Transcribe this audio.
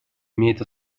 имеет